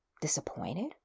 Disappointed